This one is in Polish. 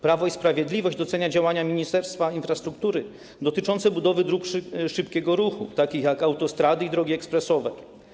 Prawo i Sprawiedliwość docenia działania Ministerstwa Infrastruktury dotyczące budowy dróg szybkiego ruchu, takich jak autostrady i drogi ekspresowe.